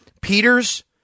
Peters